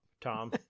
Tom